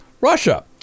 Russia